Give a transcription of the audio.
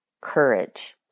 Courage